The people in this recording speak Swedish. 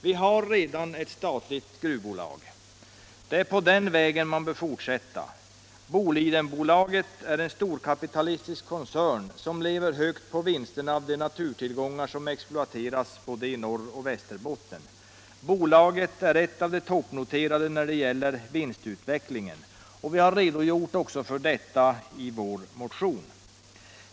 Det finns redan ett statligt gruvbolag. På den vägen bör man fortsätta. Bolidenbolaget är en storkapitalistisk koncern, som lever högt på vinsterna av de naturtillgångar som exploateras i Norroch Västerbotten. Bolaget är ett av de toppnoterade i fråga om vinstutvecklingen. Vi redogör också för detta i vår motion.